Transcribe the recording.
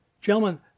Gentlemen